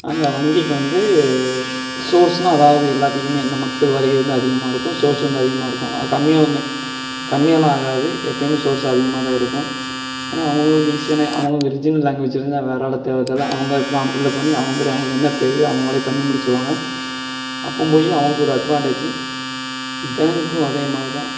அந்த வங்கிக்கு வந்து சோர்ஸ்ன்னால் அதாவது எல்லாத்தையுமே இந்த மக்கள் வருகை வந்து அதிகமாக இருக்கும் சோர்ஸ் வந்து அதிகமாக இருக்கும் கம்மியாகுமே கம்மியான ஆகாது எப்பயுமே சோர்ஸ் அதிகமாக தான் இருக்கும் ஏன்னால் அவங்கவங்களுக்கு ஈஸியான அவங்கவங்க ரிஜினல் லாங்குவேஜ் இருந்தால் வேறு ஆளை தேட தேவையில்ல அவங்க ஃபார்ம் பில்லப் பண்ணி அவர்களே அவர்களுக்கு என்ன தேவையோ அவர்களே பண்ணி முடிச்சுடுவாங்க அப்பவும் போய் அவர்களுக்கு ஒரு அட்வான்டேஜ்ஜி பேங்க்கும் அதே மாதிரி தான்